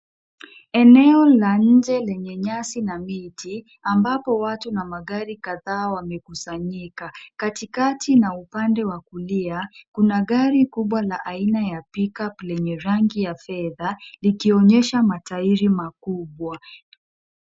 Eneo la nje lenye nyasi na miti, ambapo watu na magari kadhaa wamekusanyika. Katikati na upande wa kulia, kuna gari kubwa aina ya pickup lenye rangi ya fedha, likionyesha matairi makubwa.